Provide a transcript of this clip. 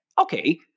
Okay